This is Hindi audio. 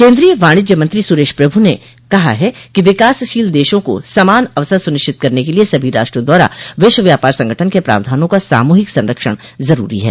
केन्द्रीय वाणिज्य मंत्री सुरेश प्रभु ने कहा है कि विकासशील देशों को समान अवसर सुनिश्चित करने के लिए सभी राष्ट्रों द्वारा विश्व व्यापार संगठन के प्रावधानों का सामूहिक संरक्षण जरूरी है